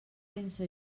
pense